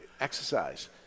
Exercise